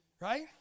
right